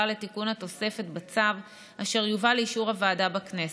לתיקון התוספת בצו אשר יובא לאישור הוועדה בכנסת,